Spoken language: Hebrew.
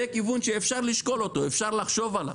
זה כיוון שאפשר לשקול אותו, אפשר לחשוב עליו.